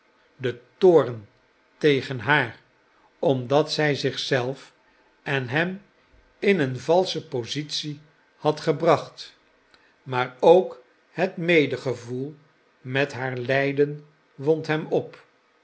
de toorn tegen haar omdat zij zich zelf en hem in een valsche positie had gebracht maar ook het medegevoel met haar lijden wond hem op